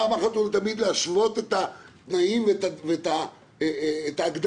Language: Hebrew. פעם אחת ולתמיד להשוות את התנאים ואת ההגדרות,